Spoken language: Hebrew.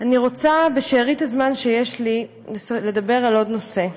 אני רוצה, בשארית הזמן שיש לי, לדבר על עוד נושא.